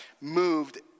moved